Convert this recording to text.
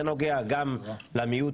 זה נוגע גם למיעוט